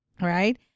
right